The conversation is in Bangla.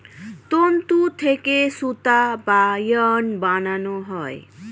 তন্তু থেকে সুতা বা ইয়ার্ন বানানো হয়